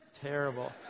terrible